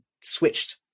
switched